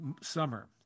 summer